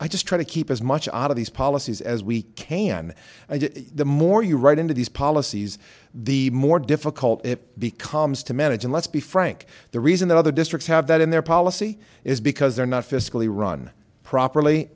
i just try to keep as much out of these policies as we can the more you write into these policies the more difficult it becomes to manage and let's be frank the reason that other districts have that in their policy is because they're not fiscally run properly